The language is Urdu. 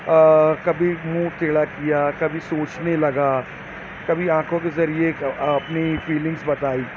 کبھی منہ ٹیڑھا کیا کبھی سوچنے لگا کبھی آنکھوں کے ذریعہ اپنی فیلنگس بتائی